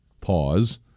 Pause